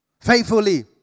faithfully